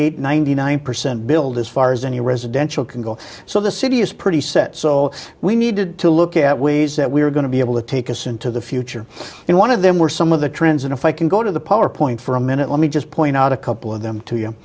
eight ninety nine percent build as far as any residential can go so the city is pretty set so we needed to look at ways that we are going to be able to take us into the future in one of them were some of the trends and if i can go to the power point for a minute let me just point out a couple of them to